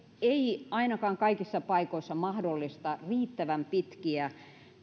ei ainakaan kaikissa paikoissa mahdollista riittävän pitkiä